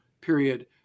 period